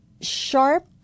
sharp